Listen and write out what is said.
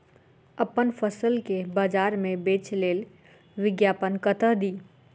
अप्पन फसल केँ बजार मे बेच लेल विज्ञापन कतह दी?